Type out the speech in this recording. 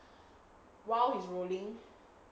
while he's rolling